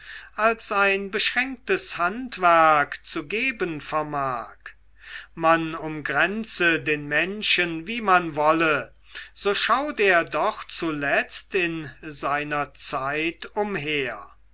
als ein beschränktes handwerk zu geben vermag man umgrenze den menschen wie man wolle so schaut er doch zuletzt in seiner zeit umher